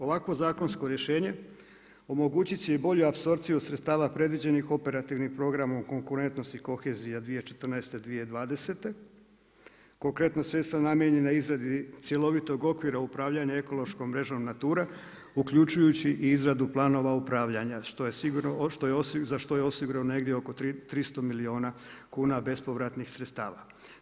Ovakvo zakonsko rješenje omogućit će i bolju apsorpciju sredstava predviđenih Operativnim programom konkurentnost i kohezija 2014.-2020. konkretno sredstva namijenjena izradi cjelovitog okvira upravljanje ekološkom mrežom Natura uključujući i izradu planova upravljanja, za što je osigurano negdje oko 300 milijuna kuna bespovratnih sredstava.